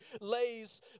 lays